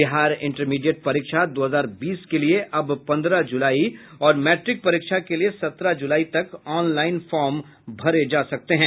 Bihar intermediate परीक्षा दो हजार बीस के लिए अब पन्द्रह जुलाई और मैट्रिक परीक्षा के लिए सत्रह जुलाई तक ऑन लाईन फार्म भरे जायेंगे